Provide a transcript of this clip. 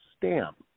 stamp